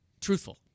truthful